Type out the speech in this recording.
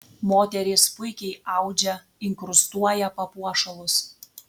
moterys puikiai audžia inkrustuoja papuošalus